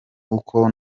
uko